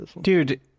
dude